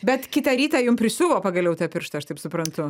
bet kitą rytą jum prisiuvo pagaliau tą pirštą aš taip suprantu